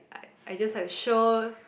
I I just have show